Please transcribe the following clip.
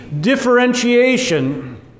differentiation